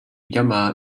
yamaha